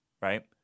right